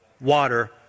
Water